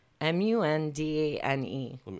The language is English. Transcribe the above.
m-u-n-d-a-n-e